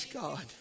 god